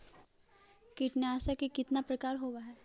कीटनाशक के कितना प्रकार होव हइ?